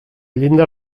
llinda